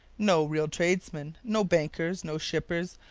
no real tradesmen, no bankers, no shippers,